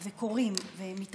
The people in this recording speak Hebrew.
הם קורים ומתרחשים.